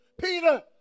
Peter